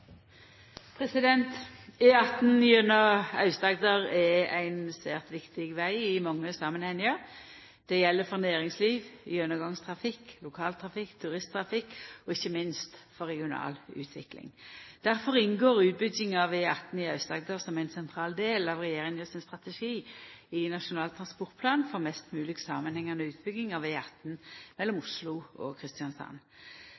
svært viktig veg i mange samanhengar. Det gjeld for næringsliv, gjennomgangstrafikk, lokaltrafikk, turisttrafikk og ikkje minst for regional utvikling. Difor inngår utbygging av E18 i Aust-Agder som ein sentral del av Regjeringa sin strategi i Nasjonal transportplan, for mest mogleg samanhengande utbygging av E18 mellom